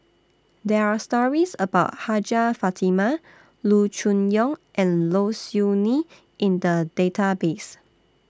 There Are stories about Hajjah Fatimah Loo Choon Yong and Low Siew Nghee in The Database